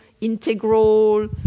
integral